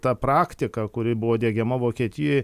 tą praktiką kuri buvo diegiama vokietijoj